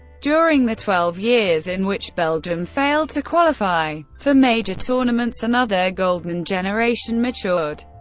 during the twelve years in which belgium failed to qualify for major tournaments, another golden generation matured,